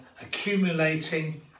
accumulating